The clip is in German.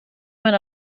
man